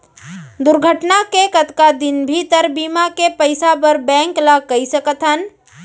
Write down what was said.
दुर्घटना के कतका दिन भीतर बीमा के पइसा बर बैंक ल कई सकथन?